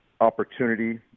opportunity